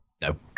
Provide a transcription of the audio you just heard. No